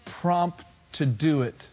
prompt-to-do-it